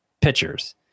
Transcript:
pitchers